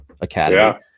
academy